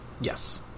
Yes